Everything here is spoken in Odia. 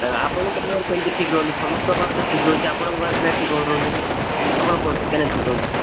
ଆପଣଙ୍କ ପାଖରେ କେମିତି ଠିକ୍ ରହୁନି ସମସ୍ତଙ୍କ ପାଖରେ ତ ଠିକ୍ ରହୁଛି ଆପଣ ପାଖରେ କେନା ଠିକ୍ ରହୁନି ଆପଣ କୁହନ୍ତୁ କେନା ଠିକ୍ ରହୁନି